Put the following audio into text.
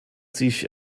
sich